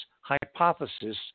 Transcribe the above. hypothesis